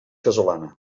casolana